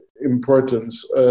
importance